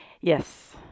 Yes